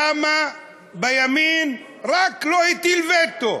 כמה בימין, רק לא הטיל וטו,